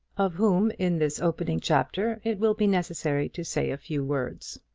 of whom in this opening chapter it will be necessary to say a few words.